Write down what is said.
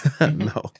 No